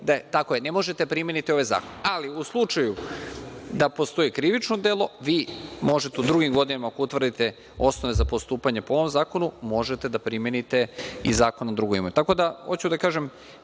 Tako je, ne možete da primenite ovaj zakon. U slučaju da postoji krivično delo vi možete u drugim godinama, ako utvrdite osnove za postupanje po ovom zakonu, da primenite i zakon na drugu